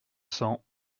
cents